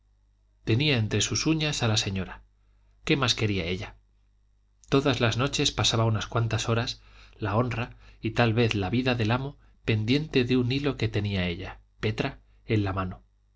tenía entre sus uñas a la señora qué más quería ella todas las noches pasaba unas cuantas horas la honra y tal vez la vida del amo pendiente de un hilo que tenía ella petra en la mano